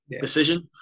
decision